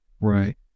Right